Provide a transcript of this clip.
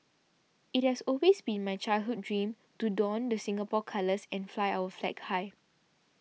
it has always been my childhood dream to don the Singapore colours and fly our flag high